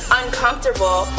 uncomfortable